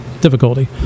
Difficulty